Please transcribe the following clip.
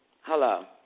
Hello